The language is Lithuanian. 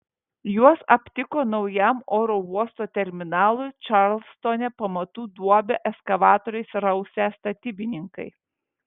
juos aptiko naujam oro uosto terminalui čarlstone pamatų duobę ekskavatoriais rausę statybininkai